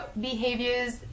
behaviors